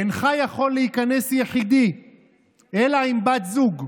אינך יכול להיכנס יחידי אלא עם בת זוג.